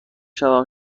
شوم